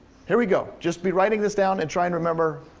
here we go. just be writing this down and try and remember.